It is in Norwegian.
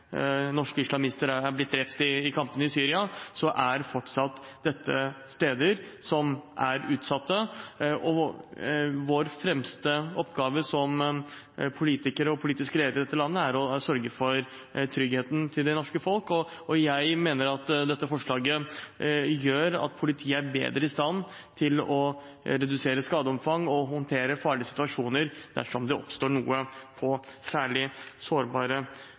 norske islamister er blitt drept i kampene i Syria – er dette fortsatt steder som er utsatt. Vår fremste oppgave som politikere og politiske ledere i dette landet er å sørge for tryggheten til det norske folk. Jeg mener dette forslaget gjør politiet bedre i stand til å redusere skadeomfang og håndtere farlige situasjoner dersom det oppstår noe på særlig sårbare